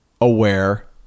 aware